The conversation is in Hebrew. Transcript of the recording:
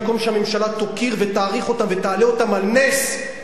במקום שהממשלה תוקיר ותעריך אותם ותעלה אותם על נס,